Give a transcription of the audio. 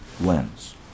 lens